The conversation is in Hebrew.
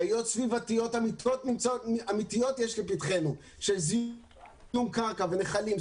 בעיות סביבתיות אמתיות יש לפתחנו של זיהום קרקע ונחלים,